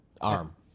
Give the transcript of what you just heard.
arm